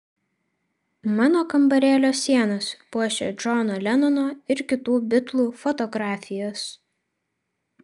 mano kambarėlio sienas puošia džono lenono ir kitų bitlų fotografijos